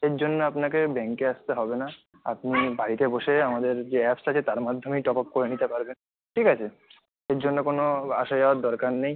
এর জন্য আপনাকে ব্যাঙ্কে আসতে হবে না আপনি বাড়িতে বসে আমাদের যে অ্যাপসটা আছে তার মাধ্যমেই টপ আপ করে নিতে পারবেন ঠিক আছে এর জন্য কোনো আসা যাওয়ার দরকার নেই